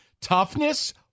Toughness